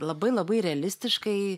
labai labai realistiškai